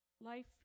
Life